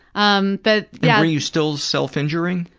um but yeah were you still self injuring?